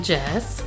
Jess